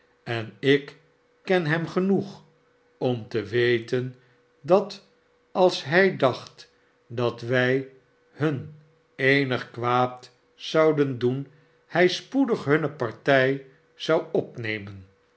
en ik ken hem genoeg om te weten dat alshij dacht dat wij hun eenig kwaad zouden doen hij spoedig hunne partij zou opnemen